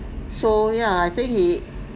so ya I think he